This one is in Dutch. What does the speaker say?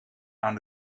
aan